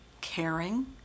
caring